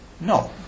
no